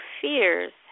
fears